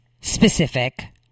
specific